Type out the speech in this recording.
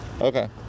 Okay